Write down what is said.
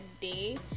day